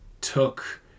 took